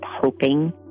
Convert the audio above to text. hoping